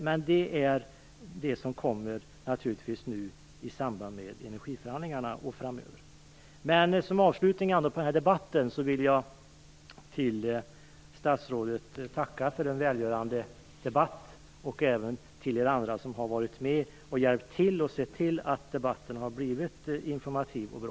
Det är naturligtvis det som nu kommer i samband med energiförhandlingarna och framöver. Som avslutning på debatten vill jag tacka statsrådet för en välgörande debatt. Jag vill även tacka er andra som har varit med och hjälpt till att göra debatten informativ och bra.